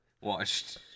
watched